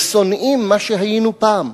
ושונאים מה שהיינו פעם.